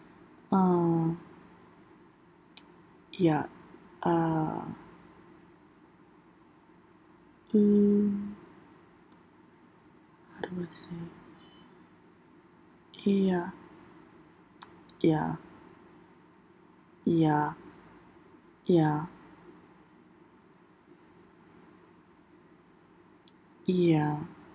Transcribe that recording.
uh ya uh mm how do I say ya ya ya ya ya